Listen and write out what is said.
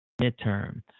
midterm